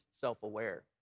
self-aware